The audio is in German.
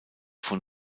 von